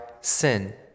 sin